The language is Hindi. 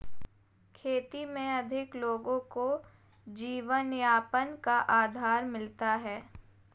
खेती में अधिक लोगों को जीवनयापन का आधार मिलता है